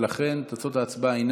ולכן תוצאות ההצבעה הן